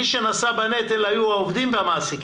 מי שנשא בנטל היו העובדים והמעסיקים,